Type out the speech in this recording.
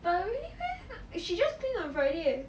but she just playing on friday